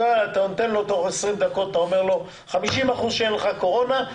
תוך 20 דקות אתה אומר לו ש-50 אחוזים אין לו קורונה.